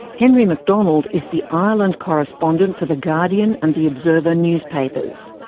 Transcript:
henry mcdonald is the ireland correspondent for the guardian and the observer newspapers.